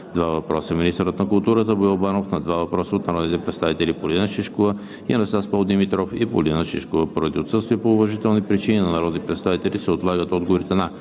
– 2 въпроса; - министърът на културата Боил Банов – на 2 въпроса от народните представители Полина Шишкова и Анастас Попдимитров; и Полина Шишкова. Поради отсъствие по уважителни причини на народни представители се отлагат отговорите на: